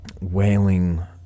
Wailing